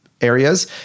areas